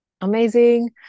amazing